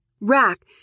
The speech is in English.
Rack